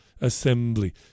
assembly